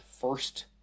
first